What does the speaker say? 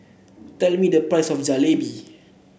tell me the price of Jalebi